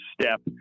step